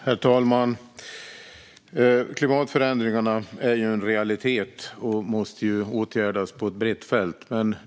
Herr talman! Klimatförändringarna är ju en realitet och måste åtgärdas på ett brett fält.